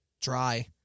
dry